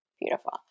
Beautiful